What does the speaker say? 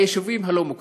היישובים הלא-מוכרים.